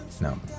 no